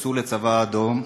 התגייסו לצבא האדום,